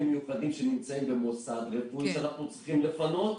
מיוחדים שנמצאים במוסד רפואי שאנחנו צריכים לפנות,